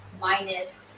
minus